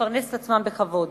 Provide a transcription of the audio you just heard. ולפרנס עצמן בכבוד".